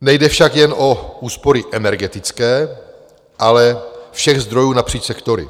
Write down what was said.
Nejde však jen o úspory energetické, ale všech zdrojů napříč sektory.